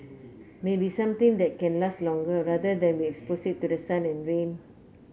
maybe something that can last longer rather than we expose it to the sun and rain